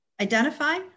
identify